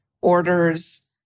orders